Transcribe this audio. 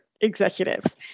executives